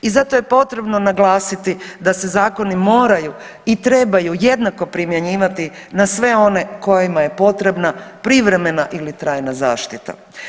I zato je potrebno naglasiti da se zakoni moraju i trebaju jednako primjenjivati na sve one kojima je potrebna privremena ili trajna zaštita.